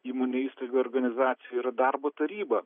įmonėj įstaigoj organizacijoj yra darbo taryba